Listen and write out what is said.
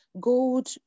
gold